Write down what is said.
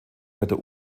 blätter